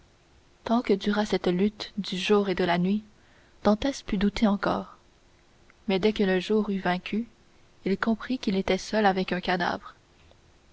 tant que dura cette lutte du jour et de la nuit dantès put douter encore mais dès que le jour eut vaincu il comprit qu'il était seul avec un cadavre